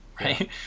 right